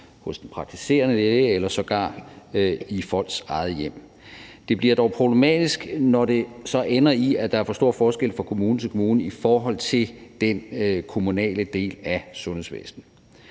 hos den praktiserende læge eller sågar i folks eget hjem. Det bliver dog problematisk, når det så ender i, at der er for stor forskel fra kommune til kommune i forhold til den kommunale del af sundhedsvæsenet.